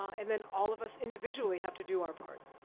and then all of us individually, have to do our part.